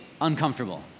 uncomfortable